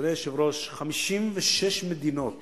אדוני היושב-ראש, יש 56 מדינות